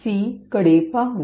c कडे पाहू